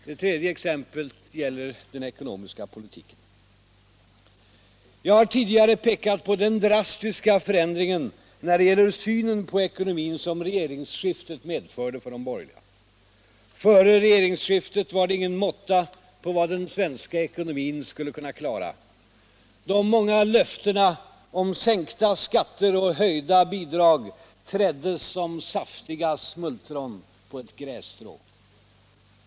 Det tredje exemplet gäller den ekonomiska politiken. Jag har tidigare pekat på den drastiska förändringen när det gäller synen på ekonomin som regeringsskiftet medförde för de borgerliga. Före regeringsskiftet var det ingen måtta på vad den svenska ekonomin skulle kunna klara. De många löftena om sänkta skatter och höjda bidrag träddes som saftiga smultron på ett grässtrå.